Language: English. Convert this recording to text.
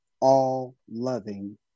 all-loving